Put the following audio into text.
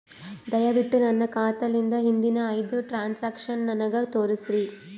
ದಯವಿಟ್ಟು ನನ್ನ ಖಾತಾಲಿಂದ ಹಿಂದಿನ ಐದ ಟ್ರಾಂಜಾಕ್ಷನ್ ನನಗ ತೋರಸ್ರಿ